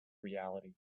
reality